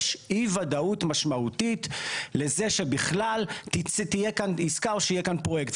יש אי וודאות משמעותית לזה שבכלל תהיה כאן עסקה או שיהיה כאן פרויקט.